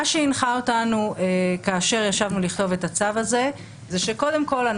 מה שהנחה אותנו כאשר ישבנו לכתוב את הצו הזה זה שקודם כול,